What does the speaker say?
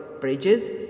bridges